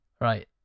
right